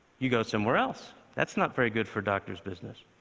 you go somewhere else. that's not very good for doctors' business.